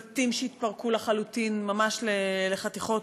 בתים שהתפרקו לחלוטין, ממש לחתיכות.